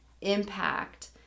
impact